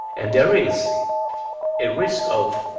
and there is a risk of